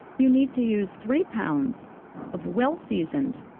you need to use three pounds of well seasoned.